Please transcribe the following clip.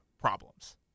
problems